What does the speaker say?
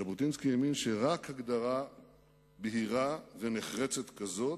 ז'בוטינסקי האמין שרק הגדרה בהירה ונחרצת כזאת,